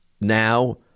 now